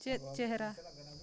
ᱪᱮᱫ ᱪᱮᱦᱨᱟ